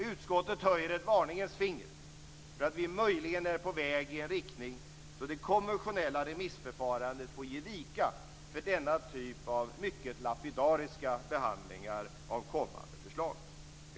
Utskottet höjer ett varningens finger för att vi möjligen är på väg i en riktning då det konventionella remissförfarandet får ge vika för denna typ av mycket lapidariska behandlingar av kommande förslag.